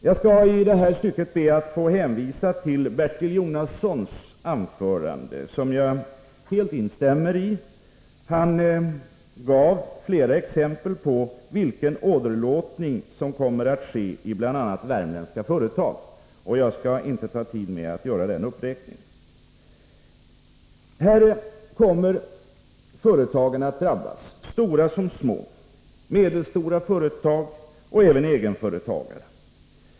Jag skall i detta stycke i övrigt be att få hänvisa till Bertil Jonassons anförande, som jag helt instämmer i. Han gav flera exempel på vilken åderlåtning som kommer att ske i bl.a. värmländska företag, och jag skall inte ta tid med att göra den uppräkningen. Här kommer företagen att drabbas, stora som små, medelstora företag och även egenföretagare.